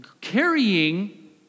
carrying